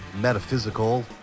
metaphysical